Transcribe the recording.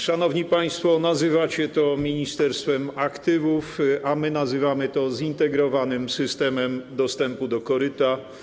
Szanowni państwo, nazywacie to ministerstwem aktywów, a my nazywamy to zintegrowanym systemem dostępu do koryta.